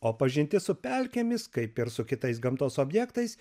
o pažintis su pelkėmis kaip ir su kitais gamtos objektais